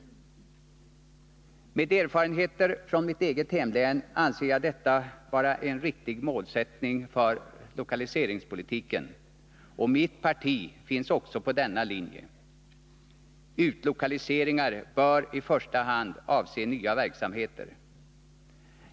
Mot bakgrund av erfarenheterna från mitt eget hemlän anser jag detta vara en riktig målsättning för lokaliseringspolitiken, och mitt parti följer också denna linje: utlokaliseringar bör i första hand avse nya verksamheter.